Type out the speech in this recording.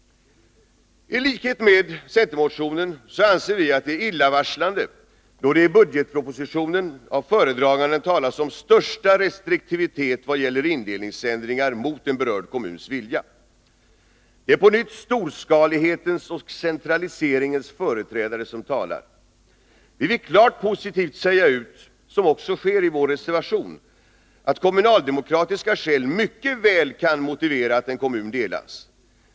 I likhet med centermotionen anser vi att det är illavarslande, då det i budgetpropositionen av föredraganden talas om största restriktivitet i vad gäller indelningsändringar mot en berörd kommuns vilja. Det är på nytt storskalighetens och centraliseringens företrädare som talar. Vi vill klart deklarera, så som också sker i vår reservation, att kommunaldemokratiska skäl mycket väl kan motivera att en kommun delas.